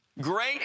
great